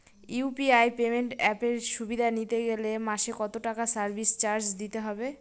UPI payment অ্যাপের সুবিধা নিতে গেলে মাসে কত টাকা সার্ভিস চার্জ দিতে হবে?